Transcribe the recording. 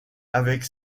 avec